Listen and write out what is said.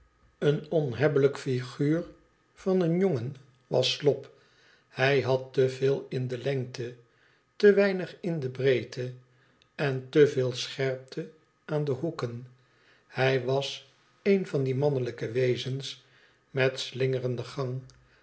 een onhebbelijk figuur van een jongen was slop hij had te veel in de lengte te weinig in de breedte en te veel scherpte aan de hoeken hij was een van die mannelijke wezens met slingerenden gang